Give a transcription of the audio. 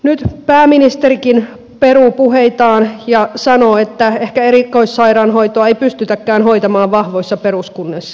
nyt pääministerikin peruu puheitaan ja sanoo että ehkä erikoissairaanhoitoa ei pystytäkään hoitamaan vahvoissa peruskunnissa